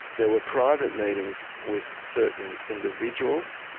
there were private meetings with certain individuals.